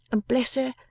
and bless her,